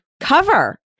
cover